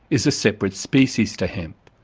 is a separate species to hemp,